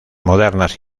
modernas